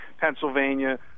Pennsylvania